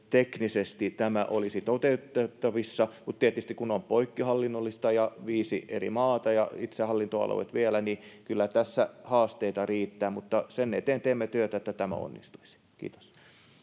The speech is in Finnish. teknisesti tämä olisi toteutettavissa tietysti kun on poikkihallinnollista ja viisi eri maata ja itsehallintoalueet vielä niin kyllä tässä haasteita riittää mutta sen eteen teemme työtä että tämä onnistuisi kiitos